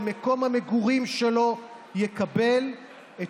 ומטופלים המתמודדים עם הפרעות נפשיות מופנים לקבלת